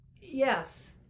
yes